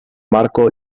marco